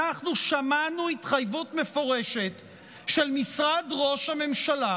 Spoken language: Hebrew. אנחנו, שמענו התחייבות מפורשת של משרד ראש הממשלה,